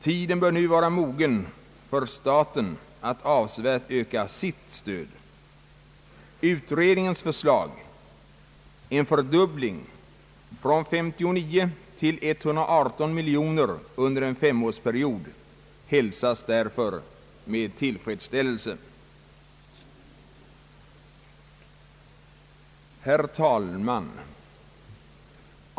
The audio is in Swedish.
Tiden bör nu vara mogen för staten att avsevärt öka sitt stöd. Utredningens förslag, en fördubbling — från 59 till 118 miljoner kronor — under en femårsperiod hälsas därför med tillfredsställelse. Herr talman!